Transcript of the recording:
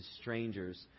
strangers